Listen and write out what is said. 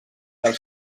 del